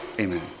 Amen